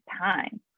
time